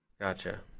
Gotcha